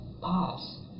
Pause